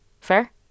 Fair